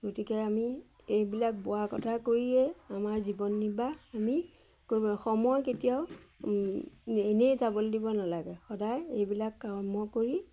গতিকে আমি এইবিলাক বোৱা কটা কৰিয়েই আমাৰ জীৱন নিৰ্বাহ আমি কৰিব সময় কেতিয়াও এনেই যাবলৈ দিব নালাগে সদায় এইবিলাক কৰ্ম কৰি